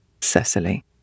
Cecily